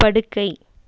படுக்கை